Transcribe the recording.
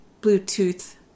Bluetooth